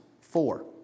Four